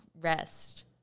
rest